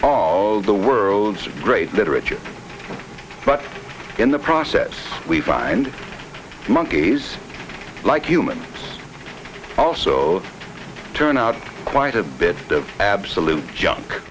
of the world's great literature but in the process we find monkeys like humans also turn out quite a bit of absolute j